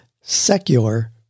secular